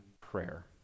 prayer